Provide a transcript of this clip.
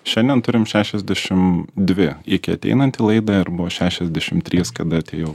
šiandien turim šešiasdešim dvi iki ateinant į laidą ir buvo šešiasdešim trys kada atėjau